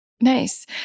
Nice